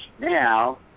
now